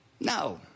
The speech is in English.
No